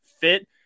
fit